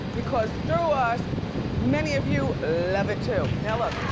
because through us many of you love it too. now look.